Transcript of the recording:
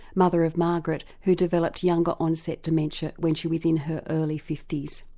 mother of margaret who developed younger onset dementia when she was in her early fifty s.